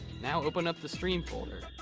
now open up the stream folder,